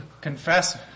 confess